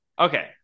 Okay